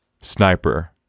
sniper